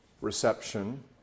reception